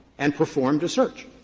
and performed a search.